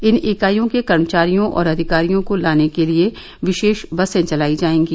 इन इकाइयों के कर्मचारियों और अधिकारियों को लाने के लिए विशेष बसे चलाई जाएंगी